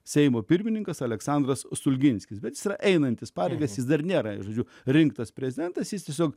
seimo pirmininkas aleksandras stulginskis bet einantis pareigas jis dar nėra žodžiu rinktas prezidentas jis tiesiog